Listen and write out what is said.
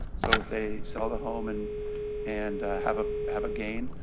so if they sell the home and and have ah have a gain,